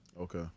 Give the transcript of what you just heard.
Okay